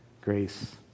grace